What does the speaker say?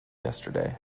yesterday